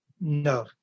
No